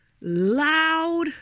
loud